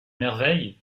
merveille